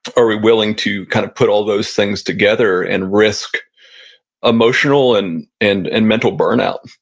are we willing to kind of put all those things together and risk emotional and and and mental burnout?